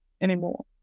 anymore